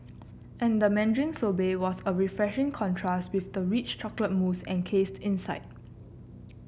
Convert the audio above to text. and the mandarin sorbet was a refreshing contrast with the rich chocolate mousse encased inside